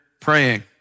praying